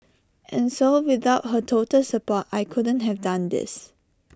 and so without her total support I couldn't have done this